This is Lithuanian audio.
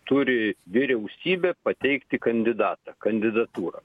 turi vyriausybė pateikti kandidatą kandidatūrą